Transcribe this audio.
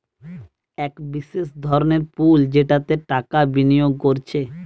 এক বিশেষ ধরনের পুল যেটাতে টাকা বিনিয়োগ কোরছে